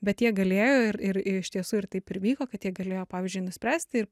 bet jie galėjo ir ir iš tiesų ir taip ir vyko kad jie galėjo pavyzdžiui nuspręsti